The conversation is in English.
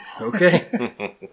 Okay